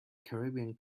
caribbean